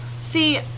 See